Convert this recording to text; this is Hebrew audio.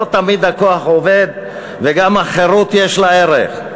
לא תמיד הכוח עובד, וגם החירות יש לה ערך.